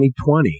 2020